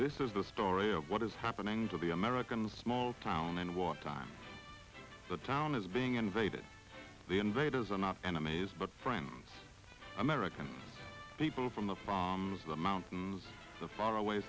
this is the story of what is happening to the americans small town men walked on the town is being invaded the invaders are not enemies but friends american people from the from the mountains of faraway